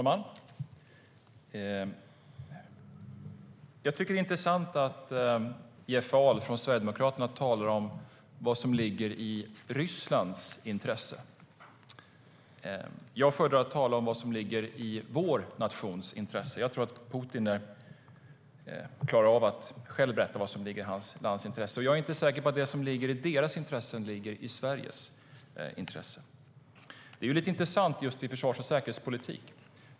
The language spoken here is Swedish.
Fru talman! Det är intressant att Jeff Ahl från Sverigedemokraterna talar om vad som ligger i Rysslands intresse. Jag föredrar att tala om vad som ligger i vår nations intresse. Jag tror att Putin själv klarar av att berätta vad som ligger i hans lands intresse, och jag är inte säker på att det som ligger i Rysslands intresse ligger i Sveriges intresse. Det är intressant i försvars och säkerhetspolitiken.